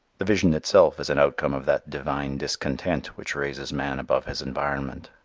the vision itself is an outcome of that divine discontent which raises man above his environment.